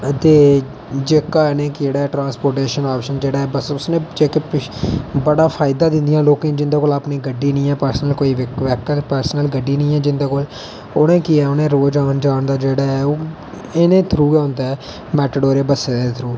दे जेहका है नी केहडा ट्रांसपोर्टेशन आपॅशन जेहड़ा ऐसा ना जेहका बडा फ्यादा दिंदयां ना लोकें गी जिंदे कोल अपनी गड्डी नेईं ऐ पर्सनल कोई गडी नेईं ऐ जिंदे कोल उनेंगी केह् ऐ उनें रोज औन जान दा जेहडा ऐ ओह् इंहे थ्रू गै औंदा ऐ मेटाडोरा बस्सें